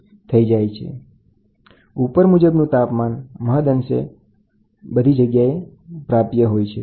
98 થી 100 સુધીનું તાપમાન અને 8 માપન મહદ અંશે બધે પ્રાપ્ય છે